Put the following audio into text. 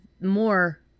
more